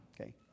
Okay